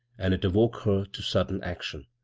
and it awoke her to sudden action.